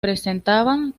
presentaban